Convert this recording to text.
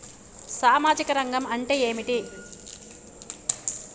సామాజిక రంగం అంటే ఏమిటి?